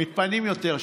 מתפנים יותר.